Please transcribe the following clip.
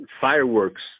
fireworks